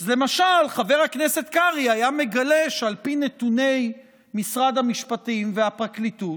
אז למשל חבר הכנסת קרעי היה מגלה שעל פי נתוני משרד המשפטים והפרקליטות,